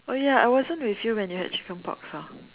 oh ya I wasn't with you when you had chicken pox ah